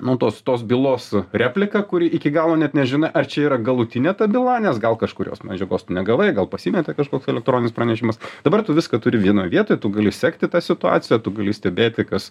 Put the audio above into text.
nu tos tos bylos replika kuri iki galo net nežinia ar čia yra galutinė ta byla nes gal kažkurios medžiagos tu negavai gal pasimetė kažkoks elektroninis pranešimas dabar tu viską turi vienoj vietoj tu gali sekti tą situaciją tu gali stebėti kas